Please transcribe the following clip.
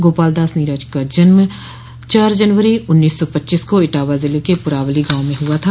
गोपाल दास नीरज का जन्म चार जनवरी उन्नीस सौ पच्चीस को इटावा ज़िले के परावली गांव में हुआ था